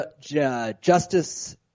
Justice